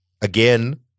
again